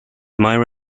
myra